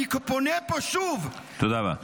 אני פונה פה שוב, תודה רבה.